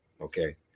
Okay